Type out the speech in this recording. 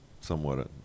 somewhat